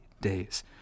days